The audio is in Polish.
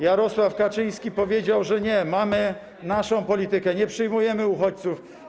Jarosław Kaczyński powiedział, że nie, mamy naszą politykę, nie przyjmujemy uchodźców.